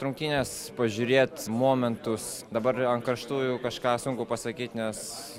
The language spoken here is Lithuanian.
rungtynes pažiūrėt momentus dabar ant karštųjų kažką sunku pasakyt nes